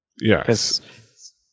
Yes